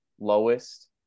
lowest